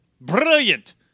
Brilliant